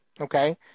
okay